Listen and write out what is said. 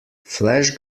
flash